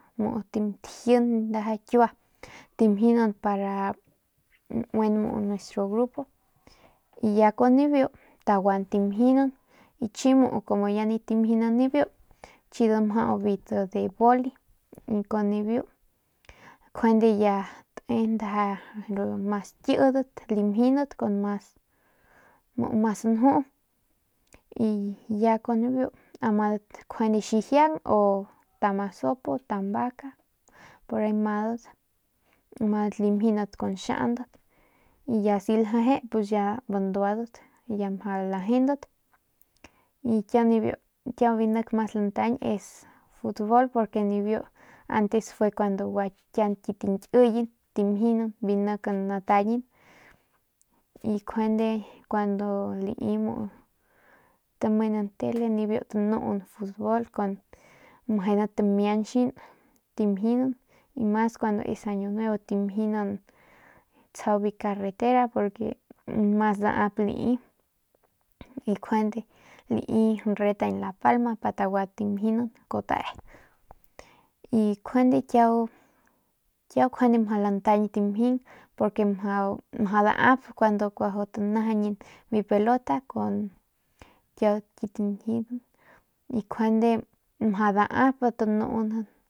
Ndaja kiua tamjinan para ya nuin nuestro grupo y ya kun nibiu taguan timjinan y chi muu como ya nip tamjinan nibiu chi damjau biu t de boli y kun nibiu njuande ya nda mas kiydat limjinat kun mas njuu y ya kun niu amadat njuande xijiang o tamasopo tambaca porahi amadat limjinat kun xiaundat y ya asi amadat ljeje pus ya bandua taljeung y kia nibiu nik mas lantañ es futbol porque nibiu antes fue kun kiaun gua kitiñkiy tamjinan biu nik natañin y njuande lai muu y tamenan tele nibiu tanuunan futbol meje tamiachan mas kuandu es año nuevo tamjinan es tsjau biu carretera porque mas damp nai y njuande nai rreta en la palma xijiang meje taguan tamjinan te y njuande kiau y kiau njuande mjau lantañ tamjing porque mjau daap kuando kuajau tanajañin biu pelota y njuande mjau dap tanunan kara.